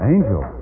Angel